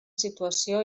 situació